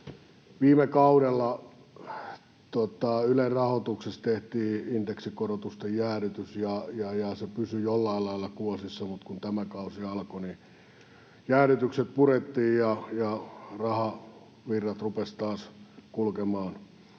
Viime kaudella Ylen rahoituksessa tehtiin indeksikorotusten jäädytys ja se pysyi jollain lailla kuosissa, mutta kun tämä kausi alkoi, niin jäädytykset purettiin ja rahavirrat rupesivat taas kulkemaan